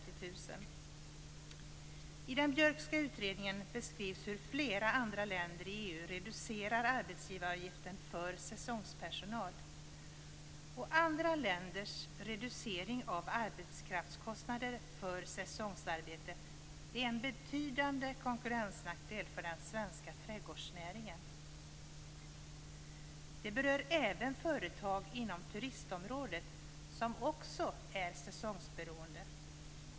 I den Björkska utredningen beskrivs hur flera andra länder i EU reducerar arbetsgivaravgiften för säsongspersonal. Andra länders reducering av arbetskraftskostnader för säsongsarbete är en betydande konkurrensnackdel för den svenska trädgårdsnäringen. Detta berör även företag inom turistområdet som också är säsongsberoende.